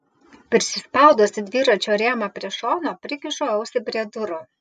prisispaudusi dviračio rėmą prie šono prikišu ausį prie durų